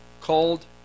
Called